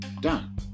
done